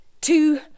two